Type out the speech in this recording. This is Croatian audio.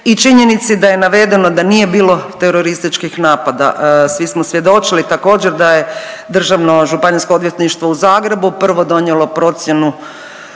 i činjenici da je navedeno da nije bilo terorističkih napada. Svi smo svjedočili također da je Državno županijsko odvjetništvo u Zagrebu prvo donijelo procjenu